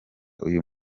uyu